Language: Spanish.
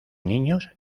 niños